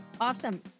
Awesome